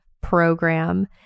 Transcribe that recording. program